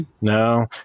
No